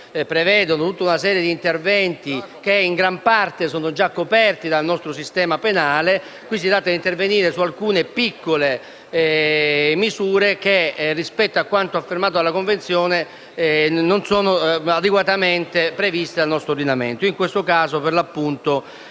prevede una serie di interventi che, in gran parte, sono già coperti dal nostro sistema penale. In questo caso si tratta di intervenire su alcune piccole misure che, con riferimento a quanto stabilito dalla Convenzione, non sono adeguatamente previste dal nostro ordinamento. In questo caso, per l'appunto,